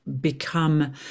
become